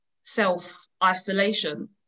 self-isolation